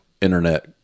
internet